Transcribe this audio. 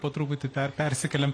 po truputį per persikėliam